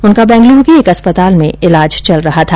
उनका बैंगलुरू के एक अस्पताल में इलाज चल रहा था